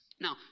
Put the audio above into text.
Now